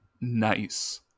Nice